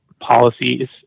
policies